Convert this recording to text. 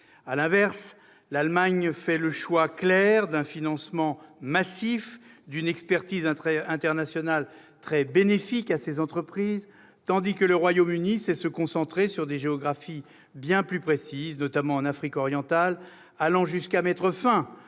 À l'inverse, l'Allemagne fait le choix clair d'un financement massif d'une expertise internationale très bénéfique à ses entreprises, tandis que le Royaume-Uni sait se concentrer sur des territoires géographiques bien plus circonscrits, notamment en Afrique orientale, allant jusqu'à mettre fin